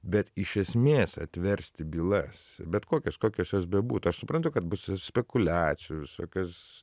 bet iš esmės atversti bylas bet kokias kokios jos bebūtų aš suprantu kad bus spekuliacijų visokios